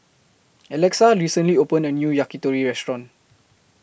Alexa recently opened A New Yakitori Restaurant